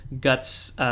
Guts